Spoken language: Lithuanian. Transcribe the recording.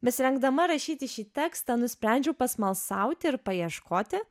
besirengdama rašyti šį tekstą nusprendžiau pasmalsauti ir paieškoti